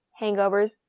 hangovers